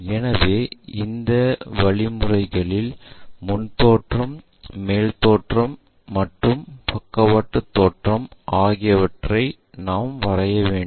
எனவே இந்த விதிமுறைகளில் முன் தோற்றம் மேல் தோற்றம் மற்றும் பக்கவாட்டுத் தோற்றம் ஆகியவற்றை நாம் வரைய வேண்டும்